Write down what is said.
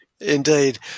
Indeed